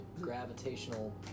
gravitational